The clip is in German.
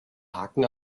haken